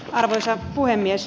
arvoisa puhemies